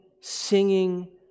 singing